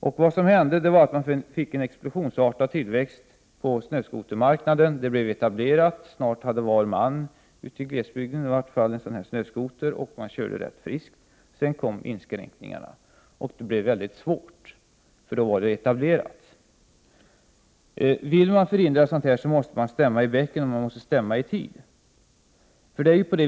Det som hände var att man fick en explosionsartad tillväxt på snöskotermarknaden, och marknaden blev etablerad. Snart hade var man i glesbygden en snöskoter, och man körde den friskt. Därefter kom inskränkningarna. Men det blev mycket svårt att tillämpa dem, eftersom marknaden var etablerad. Vill man förhindra sådant måste man stämma i bäcken, och man måste stämma i tid.